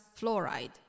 fluoride